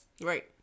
Right